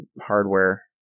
hardware